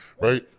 right